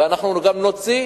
אנחנו גם נוציא